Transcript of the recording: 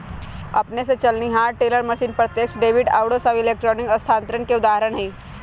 अपने स चलनिहार टेलर मशीन, प्रत्यक्ष डेबिट आउरो सभ इलेक्ट्रॉनिक स्थानान्तरण के उदाहरण हइ